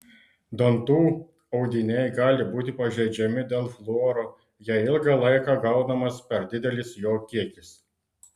dantų audiniai gali būti pažeidžiami dėl fluoro jei ilgą laiką gaunamas per didelis jo kiekis